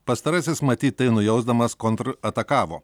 pastarasis matyt tai nujausdamas kontratakavo